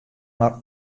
mar